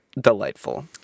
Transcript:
delightful